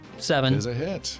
Seven